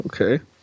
Okay